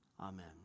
Amen